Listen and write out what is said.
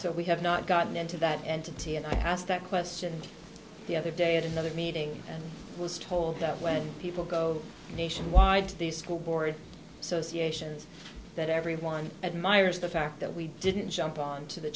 so we have not gotten into that entity and i asked that question the other day at another meeting and was told that when people go nationwide to the school board so ca sions that everyone admires the fact that we didn't jump onto the